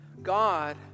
God